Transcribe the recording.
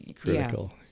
critical